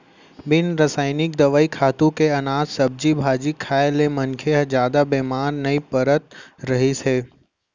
बिन रसइनिक दवई, खातू के अनाज, सब्जी भाजी खाए ले मनखे ह जादा बेमार नइ परत रहिस हे